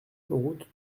route